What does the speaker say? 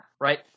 right